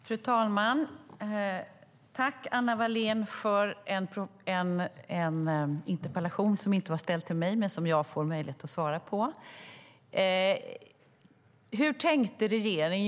Fru talman! Tack, Anna Wallén, för en interpellation som inte var ställd till mig men som jag får möjlighet att svara på! Hur tänkte regeringen?